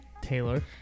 Taylor